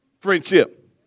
friendship